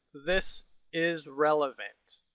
this is relevant.